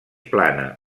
plana